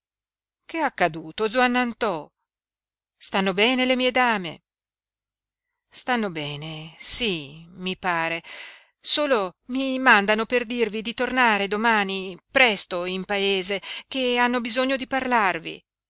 che è accaduto zuannantò stanno bene le mie dame stanno bene sí mi pare solo mi mandano per dirvi di tornare domani presto in paese che hanno bisogno di parlarvi